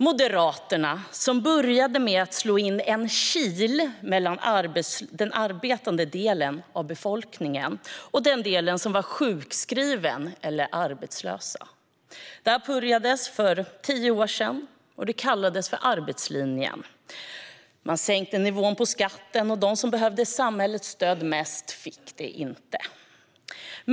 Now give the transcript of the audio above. Moderaterna började med att slå in en kil mellan den arbetande delen av befolkningen och den del som utgörs av sjukskrivna eller arbetslösa. Detta påbörjades för tio år sedan. Det kallades för arbetslinjen. Man sänkte nivån på skatten, och de som mest behövde samhällets stöd fick det inte.